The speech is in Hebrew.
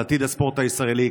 על עתיד הספורט הישראלי,